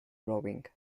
rowing